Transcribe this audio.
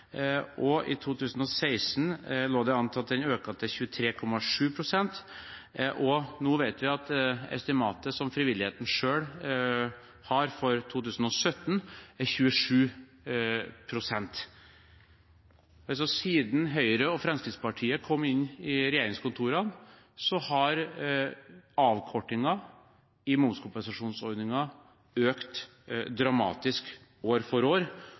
pst., i 2016 lå det an til at den økte til 23,7 pst., og nå vet vi at estimatet som frivilligheten selv har for 2017, er 27 pst. Siden Høyre og Fremskrittspartiet kom inn i regjeringskontorene, har altså den prosentvise avkortingen i momskompensasjonsordningen økt dramatisk år for år,